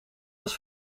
was